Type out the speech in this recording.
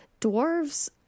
Dwarves